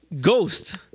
Ghost